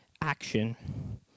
action